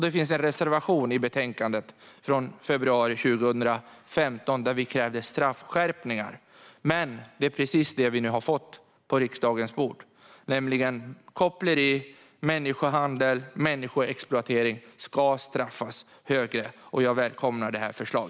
Det finns en reservation i betänkandet från februari 2015 där vi krävde straffskärpningar. Men det är precis förslag om det som vi nu har fått på riksdagens bord, nämligen att koppleri, människohandel och människoexploatering ska straffas hårdare. Jag välkomnar detta förslag.